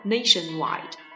Nationwide